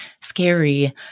scary